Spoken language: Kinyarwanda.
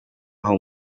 aho